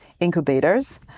incubators